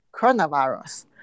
coronavirus